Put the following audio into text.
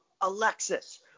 Alexis